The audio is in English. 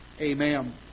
Amen